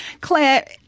Claire